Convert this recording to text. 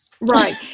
Right